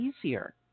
easier